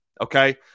Okay